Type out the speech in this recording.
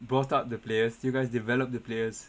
brought out the players you guys develop the players